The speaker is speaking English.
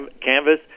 canvas